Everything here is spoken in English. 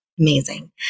Amazing